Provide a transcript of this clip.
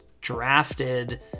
drafted